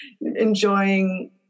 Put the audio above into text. enjoying